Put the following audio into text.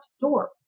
door